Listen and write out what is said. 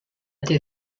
die